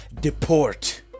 deport